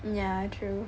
yeah true